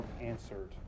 answered